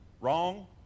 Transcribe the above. Wrong